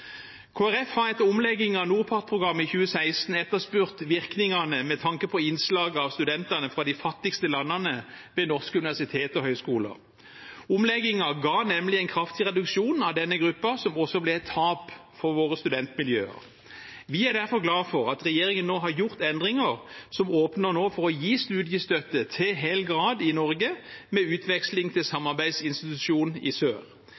har etter omleggingen av NORPART-programmet i 2016 etterspurt virkningene med tanke på innslag av studenter fra de fattigste landene ved norske universiteter og høyskoler. Omleggingen ga nemlig en kraftig reduksjon av denne gruppen, som også ble et tap for våre studentmiljøer. Vi er derfor glad for at regjeringen nå har gjort endringer som åpner for å gi studiestøtte til hel grad i Norge med utveksling til samarbeidsinstitusjon i sør.